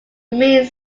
remained